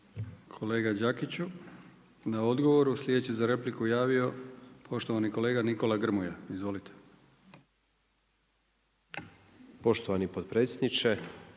kolega Đakiću na odgovoru. Sljedeći za repliku javio, poštovani kolega Nikola Grmoja. Izvolite. **Grmoja,